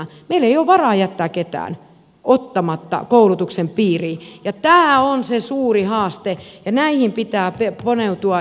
meillä ei ole varaa jättää ketään ottamatta koulutuksen piiriin ja tämä on se suuri haaste ja näihin pitää paneutua